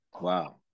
Wow